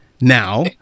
now